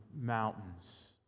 mountains